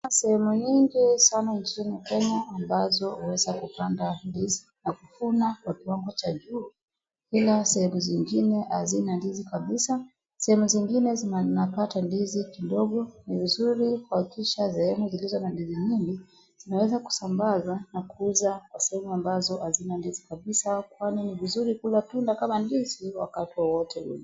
Sehemu nyingi sana nchini Kenya ambazo huweza kupanda ndizi na kuvuna kwa kiwango cha juu, ila sehemu zingine hazina ndizi kabisa. Sehemu zingine zinapata ndizi kidogo. Ni vizuri kuhakikisha sehemu zilizo na ndizi nyingi zinaweza kusambaza na kuuza kwa sehemu ambazo hazina ndizi kabisa, kwani ni vizuri kula tunda kama ndizi wakati wowote ule.